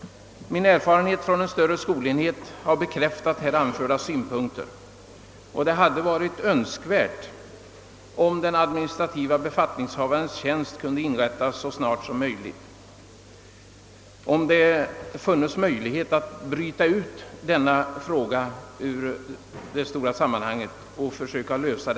Min erfarenhet från en större skolenhet har bekräftat de synpunkter jag här anfört, och det vore önskvärt att den adminstrativa befattningshavarens tjänst kunde inrättas så snart som möjligt. Det vore värdefullt om frågan kunde brytas ut ur det stora sammanhanget och lösas för sig.